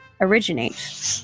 originate